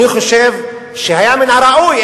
אני חושב שהיה מן הראוי,